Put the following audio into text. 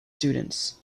students